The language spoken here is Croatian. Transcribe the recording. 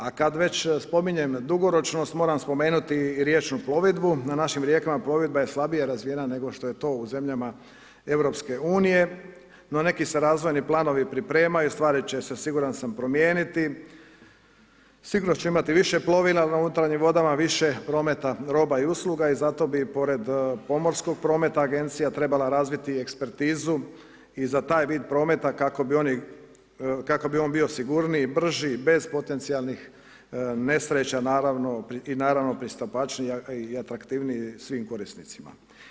A kad već spominjem dugoročnost moram spomenuti riječnu plovidbu, na našim rijekama plovidba je slabije razvijena nego što je to u zemljama EU, no neki se razvojni planovi pripremaju, stvari će se siguran sam promijeniti, sigurno će imati više plovljenja u unutarnjim vodama, više prometa, roba i usluga i zato bi pored pomorskog prometa agencija trebala razviti eskpertizu i za taj vid prometa kako bi on bio sigurniji i brži, bez potencijalnih nesreća, naravno pristupačniji i atraktivniji svim korisnicima.